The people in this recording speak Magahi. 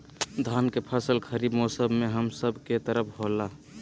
धान के फसल खरीफ मौसम में हम सब के तरफ होला